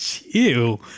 Ew